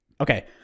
Okay